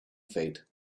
fate